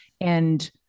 and-